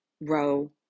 row